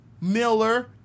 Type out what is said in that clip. Miller